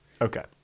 Okay